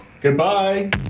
Goodbye